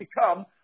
become